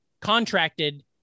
contracted